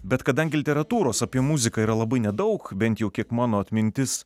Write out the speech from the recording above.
bet kadangi literatūros apie muziką yra labai nedaug bent jau kiek mano atmintis